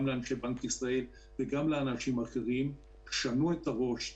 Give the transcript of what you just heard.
גם לאנשי בנק ישראל וגם לאחרים: שנו את הראש,